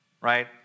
Right